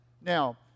Now